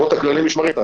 פיילוט.